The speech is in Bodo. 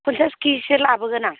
पन्सास केजिसो लाबोगोन आं